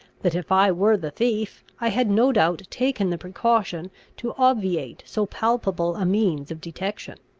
that if i were the thief, i had no doubt taken the precaution to obviate so palpable a means of detection.